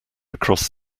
across